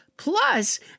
Plus